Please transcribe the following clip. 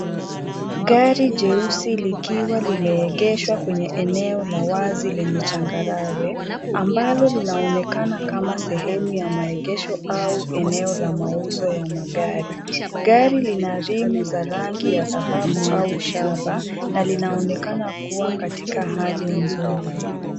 Gari jeusi likiwa limeegeshwa kwenye eneo la wazi lenye changarawe ambalo linaonekana kama sehemu ya maegesho au eneo la mauzo ya magari. Gari lina rimu za rangi ya dhahabu au shaba na linaonekana kuwa katika hali nzuri.